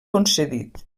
concedit